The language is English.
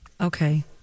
Okay